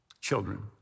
children